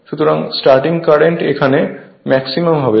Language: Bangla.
সুতরাং স্টার্টিং কারেন্ট এখানে ম্যাক্সিমাম হবে